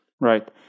Right